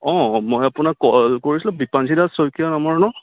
অঁ মই আপোনাক কল কৰিছিলোঁ দিপাঞ্জিতা শইকীয়া নামৰ ন